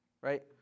Right